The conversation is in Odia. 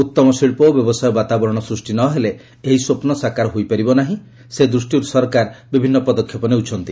ଉଉମ ଶିଳ୍ପ ଓ ବ୍ୟବସାୟ ବାତାବରଣ ସୃଷ୍ଟି ନ ହେଲେ ଏହି ସ୍ୱପ୍ନ ସାକାର ହୋଇପାରିବ ନାହିଁ ସେ ଦୃଷ୍ଟିରୁ ସରକାର ବିଭିନ୍ନ ପଦକ୍ଷେପ ନେଉଛନ୍ତି